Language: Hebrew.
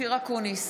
אופיר אקוניס,